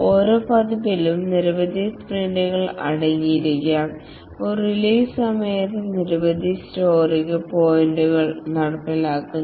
ഓരോ പതിപ്പിലും നിരവധി സ്പ്രിന്റുകൾ അടങ്ങിയിരിക്കാം ഒരു റിലീസ് സമയത്ത് നിരവധി സ്റ്റോറി പോയിന്റുകൾ നടപ്പിലാക്കുന്നു